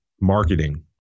marketing